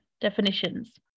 definitions